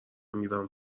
میرم